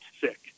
sick